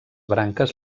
branques